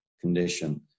condition